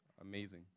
amazing